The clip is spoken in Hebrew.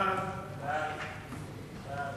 החלטת